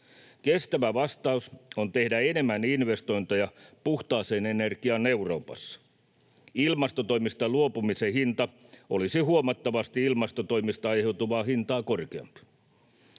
Kestävä vastaus on tehdä enemmän investointeja puhtaaseen energiaan Euroopassa. Ilmastotoimista luopumisen hinta olisi huomattavasti ilmastotoimista aiheutuvaa hintaa korkeampi.